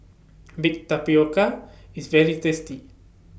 Baked Tapioca IS very tasty